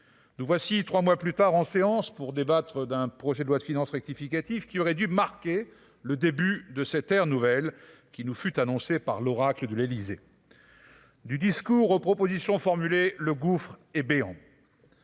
nous voici 3 mois plus tard en séance pour débattre d'un projet de loi de finances rectificative qui aurait dû marquer le début de cette ère nouvelle qui nous fut annoncé par l'oracle de l'Élysée, du discours aux propositions formulées le gouffre est béant.